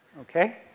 Okay